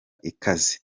ikaze